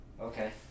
Okay